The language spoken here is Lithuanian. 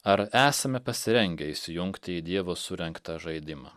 ar esame pasirengę įsijungti į dievo surengtą žaidimą